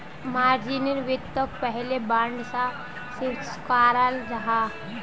margin वित्तोक पहले bond सा स्विकाराल जाहा